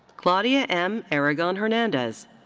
claudia m. aragon hernandez.